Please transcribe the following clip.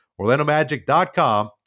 OrlandoMagic.com